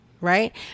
right